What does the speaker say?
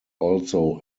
also